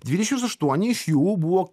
dvidešims aštuoni iš jų buvo